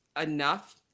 enough